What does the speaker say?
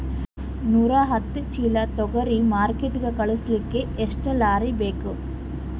ನೂರಾಹತ್ತ ಚೀಲಾ ತೊಗರಿ ಮಾರ್ಕಿಟಿಗ ಕಳಸಲಿಕ್ಕಿ ಎಷ್ಟ ಲಾರಿ ಬೇಕು?